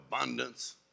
abundance